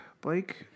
Blake